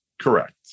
Correct